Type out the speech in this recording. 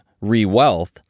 Re-Wealth